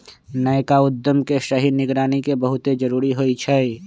नयका उद्यम के सही निगरानी के बहुते जरूरी होइ छइ